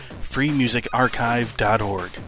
freemusicarchive.org